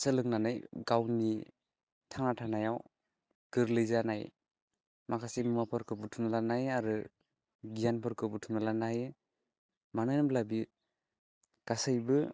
सोलोंनानै गावनि थांना थानायाव गोरलै जानाय माखासे मुवाफोरखौ बुथुमना लानाय आरो गियानफोरखौ बुथुमना लानो हायो मानो होनब्ला बे गासैबो